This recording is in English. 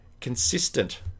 consistent